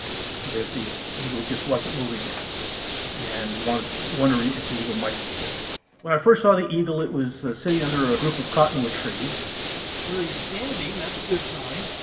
that the eagle just wasn't moving and wondering if the eagle might be sick when i first saw the eagle it was sitting under a group of cotton wood trees well you're standing, that's a good sign